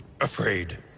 Afraid